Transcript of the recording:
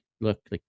look